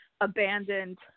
abandoned